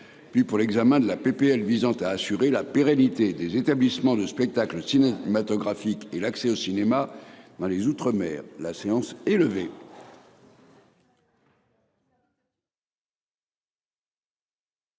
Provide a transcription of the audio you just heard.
Puis pour l'examen de la PPL visant à assurer la pérennité des établissements de spectacle cinématographique et l'accès au cinéma dans les outre-mer la séance est levée.